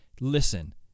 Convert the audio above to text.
listen